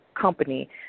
company